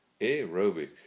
Aerobic